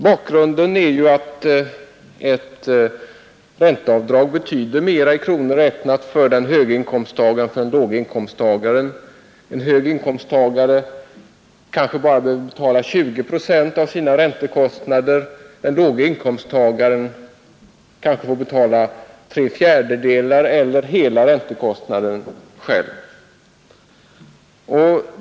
Bakgrunden är att ett ränteavdrag betyder mera i kronor räknat för den höge inkomsttagaren än för den låge inkomsttagaren. En hög inkomsttagare kanske bara behöver betala 20 procent av sina räntekostnader, medan den låge inkomsttagaren kanske får betala tre fjärdedelar eller hela räntekostnaden själv.